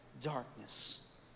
darkness